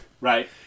Right